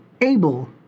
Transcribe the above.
able